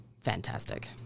fantastic